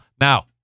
Now